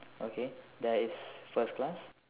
okay there is first class